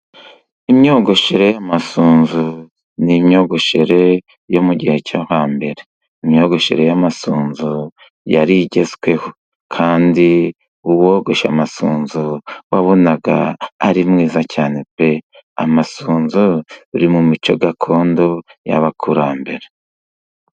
Imyogoshere y'amasunzu ni imyogoshere yo mu gihe cyo hambere, imyogoshere y'amasunzu yari igezweho kandi uwogoshe amasunzu wabonaga ari mwiza cyane pe! Amasunzu ari mu mico gakondo y'abakurambere.